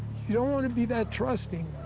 you don't want to be that trusting.